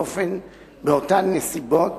באותן נסיבות